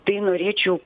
tai norėčiau